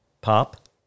Pop